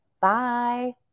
Bye